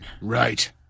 Right